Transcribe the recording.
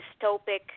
dystopic